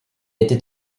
était